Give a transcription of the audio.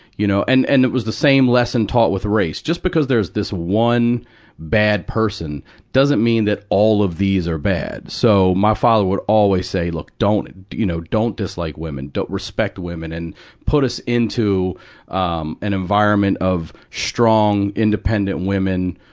you know and, and it was the same lesson taught with race. just because there's this one bad person doesn't mean that all of these are bad. so, my father would always say, look, don't, you know, don't dislike women. respect women. and put us into um an environment of strong, independent women,